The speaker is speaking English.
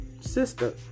sister